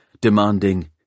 demanding